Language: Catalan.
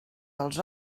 dels